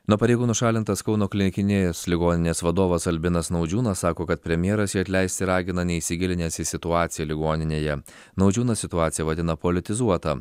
nuo pareigų nušalintas kauno klinikinės ligoninės vadovas albinas naudžiūnas sako kad premjeras jį atleisti ragina neįsigilinęs į situaciją ligoninėje naudžiūnas situaciją vadina politizuota